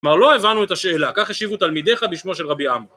כלומר לא הבנו את השאלה, כך השיבו תלמידיך בשמו של רבי עמר